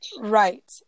Right